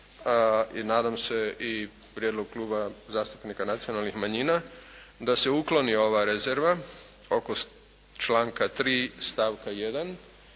i nadam se i prijedlog Kluba zastupnika nacionalnih manjina da se ukloni ova rezerva oko članka 3. stavka 1.